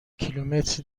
کیلومتر